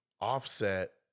Offset